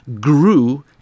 grew